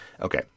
Okay